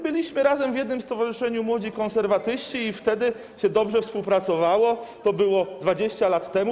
Byliśmy razem w jednym Stowarzyszeniu Młodzi Konserwatyści i wtedy się dobrze współpracowało, to było 20 lat temu.